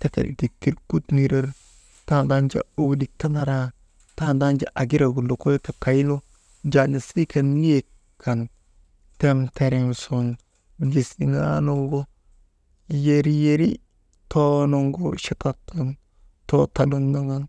Tekek dittir kut nirer tandanjaa oolik tanaraa, tandan jaa agiragu lokoyka kay nu niyek kan temterem sun gisiŋaa nuŋu yeryeri toonuŋgu chatat sun, too talun naŋan,